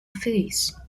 flees